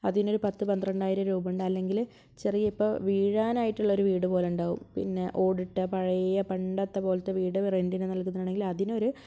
അതിനൊരു പത്ത് പന്ത്രണ്ടായിരം രൂപ ഉണ്ട് അല്ലെങ്കിൽ ചെറിയ ഇപ്പോൾ വീഴാനായിട്ടുള്ള ഒരു വീടുപോലെ ഉണ്ടാകും പിന്നെ ഓടിട്ട പഴയ പണ്ടത്തെ പോലത്തെ വീട് റെൻറ്റിനു നല്കുന്നതാണെങ്കിൽ അതിനൊരു